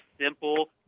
simple